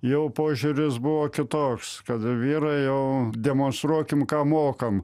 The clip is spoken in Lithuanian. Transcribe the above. jau požiūris buvo kitoks kada vyrai jau demonstruokim ką mokam